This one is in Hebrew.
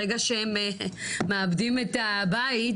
ברגע שהם מאבדים את הבית,